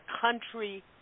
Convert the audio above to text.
country